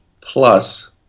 plus